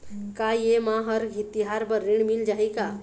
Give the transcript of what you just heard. का ये मा हर तिहार बर ऋण मिल जाही का?